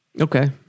Okay